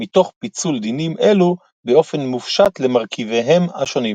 מתוך פיצול דינים אלו באופן מופשט למרכיביהם השונים.